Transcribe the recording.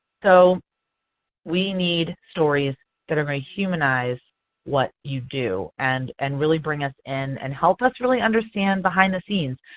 so we need stories that are going to humanize what you do and and really bring us in and help us really understand behind-the-scenes.